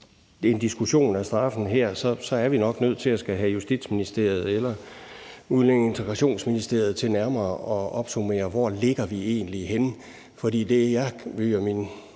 os mod en diskussion af straffen, er vi nok nødt til at skulle have Justitsministeriet eller Udlænding- og Integrationsministeriet til nærmere at opsummere, hvor vi egentlig ligger henne. For ud fra mine